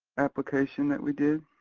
application that we did.